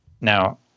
Now